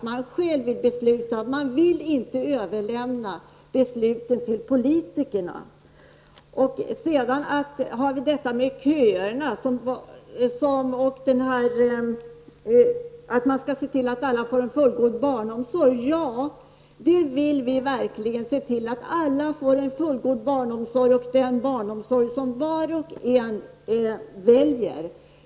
Man vill besluta själv, man vill inte överlämna besluten till politikerna. Sedan har vi frågan om att se till att alla får en fullgod barnomsorg. Ja, vi vill verkligen se till att alla får en fullgod barnomsorg, den barnomsorg som var och en väljer.